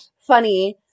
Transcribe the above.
funny